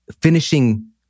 finishing